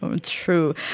true